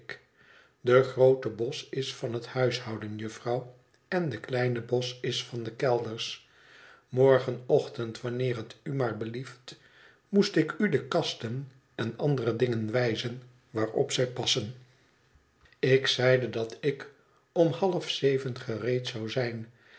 de groote bos is van het huishouden jufvrouw en de kleine bos is van de kelders morgenochtend wanneer het u maar belieft moest ik u de kasten en andere dingen wijzen waarop zij passen ik zeide dat ik om half zeven gereed zou zijn